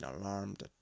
alarmed